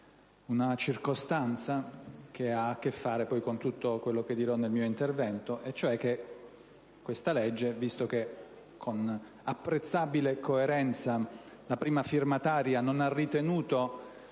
una circostanza che ha a che fare con tutto quello che dirò nel mio intervento. Infatti, visto che con apprezzabile coerenza la prima firmataria non ha ritenuto